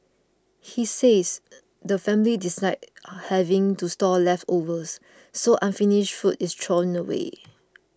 he says the family dislike having to store leftovers so unfinished food is thrown away